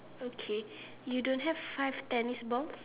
okay you don't have five tennis balls